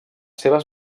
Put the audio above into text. seves